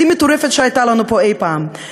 הכי מטורפת שהייתה לנו פה אי-פעם.